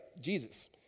Jesus